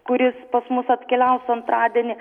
kuris pas mus atkeliaus antradienį